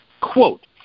Quote